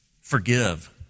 forgive